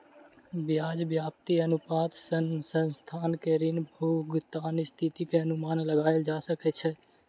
ब्याज व्याप्ति अनुपात सॅ संस्थान के ऋण भुगतानक स्थिति के अनुमान लगायल जा सकै छै